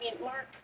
Mark